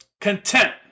content